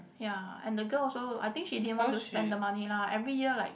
ya and the girl also I think she didn't want to spend the money lah every year like